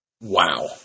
wow